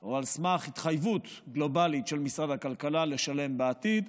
או על סמך התחייבות גלובלית של משרד הכלכלה לשלם בעתיד.